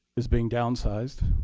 is being downsized.